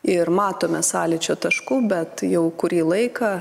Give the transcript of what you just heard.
ir matome sąlyčio taškų bet jau kurį laiką